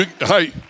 Hey